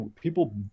people